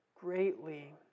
greatly